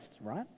right